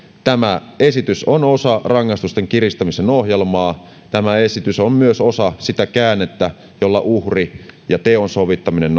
tämä esitys on osa rangaistusten kiristämisen ohjelmaa tämä esitys on myös osa sitä käännettä jolla uhri ja teon sovittaminen